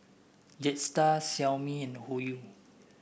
Jetstar Xiaomi and Hoyu